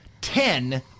ten